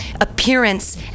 appearance